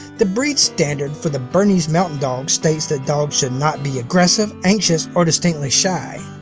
the breed standard for the bernese mountain dog states that dogs should not be aggressive, anxious or distinctly shy,